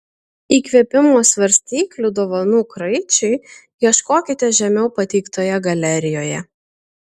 įkvėpimo svarstyklių dovanų kraičiui ieškokite žemiau pateiktoje galerijoje